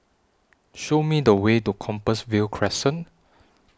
Show Me The Way to Compassvale Crescent